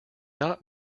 not